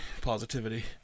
positivity